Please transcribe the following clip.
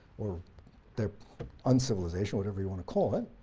or their un-civilization whatever you want to call it.